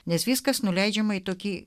nes viskas nuleidžiama į tokį